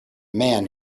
man